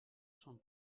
son